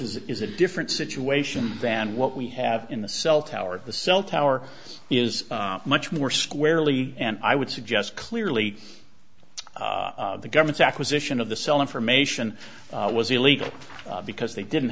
is is a different situation than what we have in the cell tower the cell tower is much more squarely and i would suggest clearly the government's acquisition of the cell information was illegal because they didn't